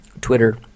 Twitter